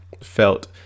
felt